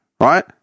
Right